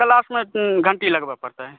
हर क्लासमे घण्टी लगबऽ पड़तै